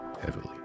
heavily